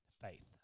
Faith